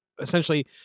essentially